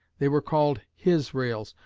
they were called his rails,